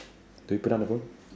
do we put down the phone